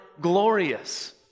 glorious